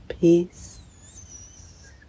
peace